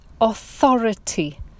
authority